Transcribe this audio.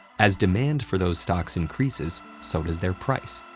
as demand for those stocks increases, so does their price,